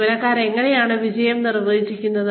ജീവനക്കാർ എങ്ങനെയാണ് വിജയം നിർവചിക്കുന്നത്